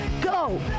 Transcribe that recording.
Go